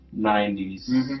90s